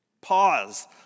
pause